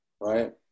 Right